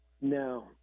No